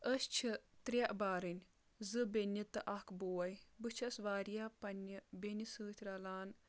أسۍ چھِ ترٛےٚ بارٕنۍ زٕ بیٚنہِ تہٕ اکھ بوے بہٕ چھَس واریاہ پنٕنہِ بیٚنہِ سۭتۍ رَلان